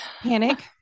Panic